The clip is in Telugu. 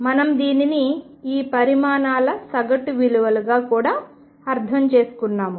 మనం దీనిని ఈ పరిమాణాల సగటు విలువలుగా కూడా అర్థం చేసుకున్నాము